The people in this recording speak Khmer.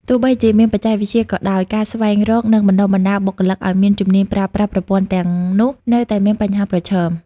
ទោះបីជាមានបច្ចេកវិទ្យាក៏ដោយ ការស្វែងរក និងបណ្តុះបណ្តាលបុគ្គលិកឱ្យមានជំនាញប្រើប្រាស់ប្រព័ន្ធទាំងនោះនៅតែជាបញ្ហាប្រឈម។